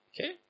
okay